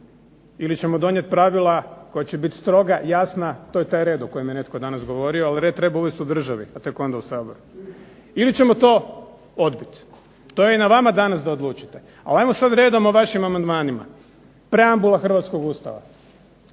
ili ćemo donijet pravila koja će biti stroga, jasna, to je taj red o kojem je netko danas govorimo, ali red treba uvesti u državi pa tek onda u Saboru ili ćemo to odbiti. To je na vama danas da odlučite. Ali ajmo sad redom o vašim amandmanima. Preambula hrvatskog Ustava.